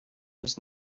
was